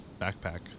backpack